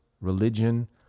religion